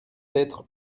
être